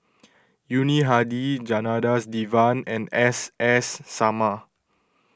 Yuni Hadi Janadas Devan and S S Sarma